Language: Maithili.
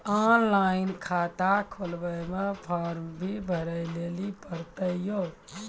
ऑनलाइन खाता खोलवे मे फोर्म भी भरे लेली पड़त यो?